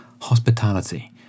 hospitality